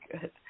good